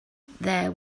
there